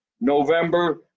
November